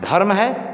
धर्म है